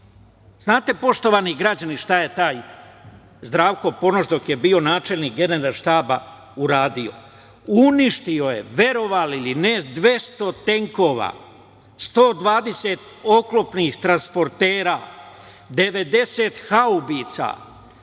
znate, poštovani građani, šta je taj Zdravko Ponoš dok je bio načelnik Generalštaba uradio? Uništio je, verovali ili ne, 200 tenkova, 120 oklopnih transportera, 90 haubica,